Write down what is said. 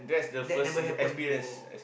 that never happen before